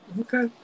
Okay